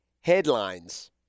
headlines